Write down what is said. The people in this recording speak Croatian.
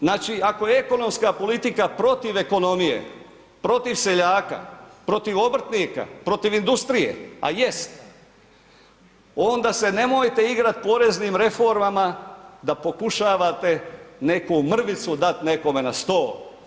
Znači ako je ekonomska politika protiv ekonomije, protiv seljaka, protiv obrtnika, protiv industrije a jest, onda se nemojte igrat poreznim reformama da pokušavate neku mrvicu dat nekome na stol.